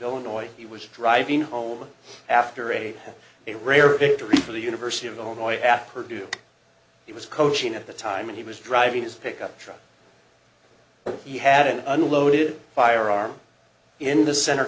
illinois he was driving home after a a rare victory for the university of illinois at purdue it was coaching at the time and he was driving his pickup truck where he had an unloaded firearm in the cent